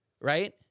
right